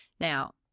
Now